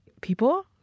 people